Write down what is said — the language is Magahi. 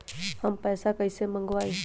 हम पैसा कईसे मंगवाई?